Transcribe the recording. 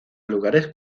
lugares